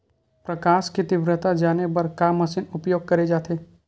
प्रकाश कि तीव्रता जाने बर का मशीन उपयोग करे जाथे?